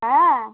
হ্যাঁ